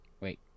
Wait